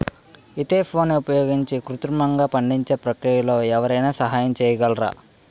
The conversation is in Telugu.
ఈథెఫోన్ని ఉపయోగించి కృత్రిమంగా పండించే ప్రక్రియలో ఎవరైనా సహాయం చేయగలరా?